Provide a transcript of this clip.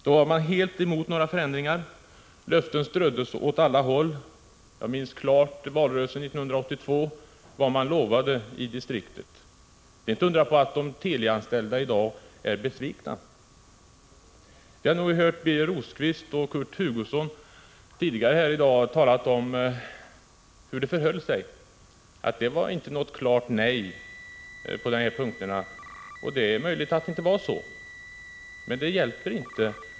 De var då helt emot några förändringar, och löften ströddes åt alla håll. Jag minns klart vad socialdemokraterna i distriktet lovade under valrörelsen 1982. Det är inte att undra på att de Telianställda i dag är besvikna. Vi har tidigare i dag hört Birger Rosqvist och Kurt Hugosson tala om hur det förhöll sig med deras ställningstagande. Det var inte något klart nej på denna punkt, menade de. Det är möjligt att så inte var fallet, men det hjälper inte.